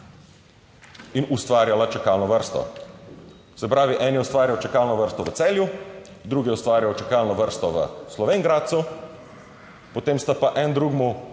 in ustvarjala čakalno vrsto. Se pravi, en je ustvarjal čakalno vrsto v Celju, drugi je ustvarjal čakalno vrsto v Slovenj Gradcu, potem sta pa en drugemu